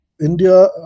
India